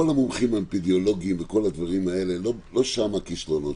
כל המומחים האפידמיולוגיים לא שם הכישלון שלנו.